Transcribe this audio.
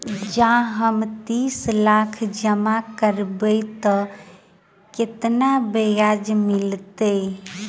जँ हम तीस लाख जमा करबै तऽ केतना ब्याज मिलतै?